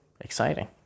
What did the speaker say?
exciting